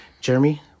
jeremy